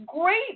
great